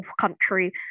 country